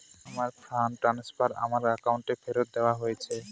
আমার fund transfer আমার অ্যাকাউন্টে ফেরত দেওয়া হয়েছে